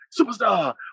superstar